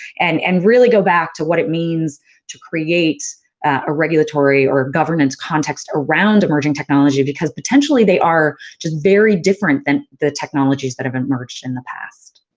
and and, really go back to what it means to create a regulatory, or a government context around emerging technology, because potentially, they are just very different than the technologies that have emerged in the past.